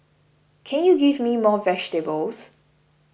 can you give me more vegetables